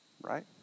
right